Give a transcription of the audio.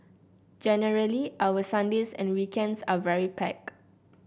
generally our Sundays and weekends are very packed